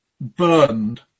burned